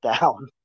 down